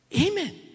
Amen